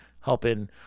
helping